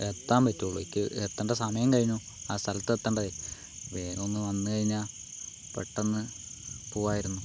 എത്താൻ പാറ്റോള് എനിക്ക് എത്തേണ്ട സമയം കഴിഞ്ഞു ആ സ്ഥലത്തെത്തേണ്ടതേ വേഗോന്ന് വന്നു കഴിഞ്ഞാ പെട്ടെന്ന് പൂവായിരുന്നു